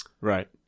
Right